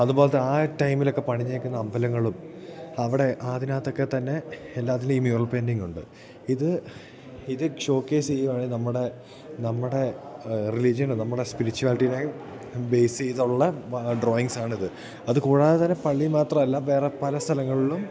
അതുപോലത്തെ ആ ടൈമിലൊക്കെ പണിഞ്ഞിരിക്കുന്ന അമ്പലങ്ങളും അവിടെ അതിനകത്തൊക്കെ തന്നെ എല്ലാത്തിലും ഈ മ്യൂറൽ പെയ്ൻ്റിംഗുണ്ട് ഇത് ഇത് ഷോക്കേസ് ചെയ്യുകയാണെങ്കിൽ നമ്മുടെ നമ്മുടെ റിലീജിയന് നമ്മുടെ സ്പിരിച്വാലിറ്റിയിനെ ബേസ് ചെയ്തുള്ള ഡ്രോയിംഗ്സാണിത് അതു കൂടാത തന്നെ പള്ളിയിൽ മാത്രമല്ല വേറെ പല സ്ഥലങ്ങളിലും